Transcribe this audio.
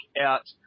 out